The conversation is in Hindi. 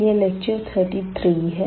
यह लेक्चर 33 है